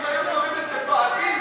עדיף?